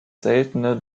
seltene